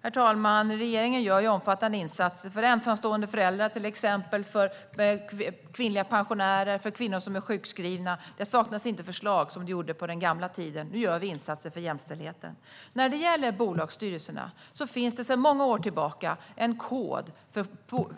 Herr talman! Regeringen gör omfattande insatser för till exempel ensamstående föräldrar, kvinnliga pensionärer och kvinnor som är sjukskrivna. Det saknas inte förslag, som på den gamla tiden. Nu gör vi insatser för jämställdheten. När det gäller bolagsstyrelserna finns det sedan många år tillbaka en uppförandekod för